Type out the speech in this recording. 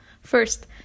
First